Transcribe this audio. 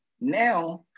now